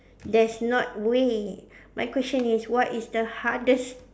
that's not way my question is what is the hardest